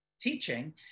teaching